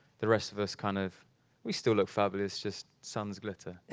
the rest of us kind of we still look fabulous, just sans glitter. yeah